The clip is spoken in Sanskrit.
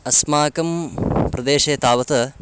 अस्माकं प्रदेशे तावत्